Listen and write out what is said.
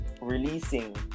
releasing